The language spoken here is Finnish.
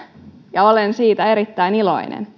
ja olen siitä erittäin iloinen